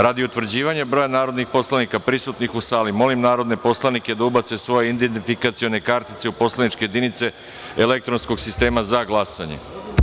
Radi utvrđivanja broja narodnih poslanika prisutnih u sali, molim narodne poslanike da ubace svoje identifikacione kartice u poslaničke jedinice elektronskog sistema za glasanje.